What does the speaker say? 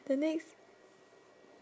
the next